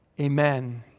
Amen